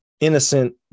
Innocent